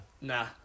Nah